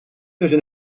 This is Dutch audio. tussen